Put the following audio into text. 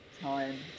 time